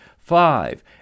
Five